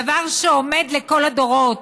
דבר שעומד לכל הדורות,